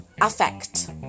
affect